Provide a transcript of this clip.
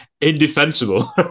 indefensible